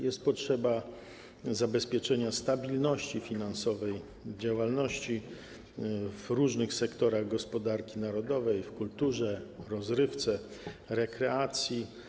Jest potrzeba zabezpieczenia stabilności finansowej w przypadku działalności w różnych sektorach gospodarki narodowej, w kulturze, w rozrywce, rekreacji.